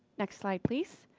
next slide please.